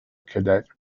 cadet